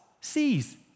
sees